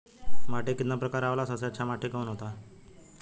माटी के कितना प्रकार आवेला और सबसे अच्छा कवन माटी होता?